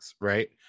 right